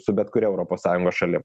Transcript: su bet kuria europos sąjungos šalim